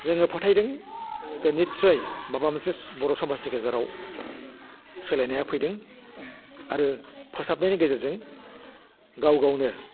जोङो फोथायदों जे नित्सय माबा मोनसे बर' समाजनि गेजेराव सोलायनाया फैदों आरो फोसाबनायनि गेजेरजों गाव गावनो